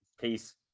Peace